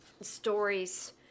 stories